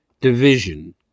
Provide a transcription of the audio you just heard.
Division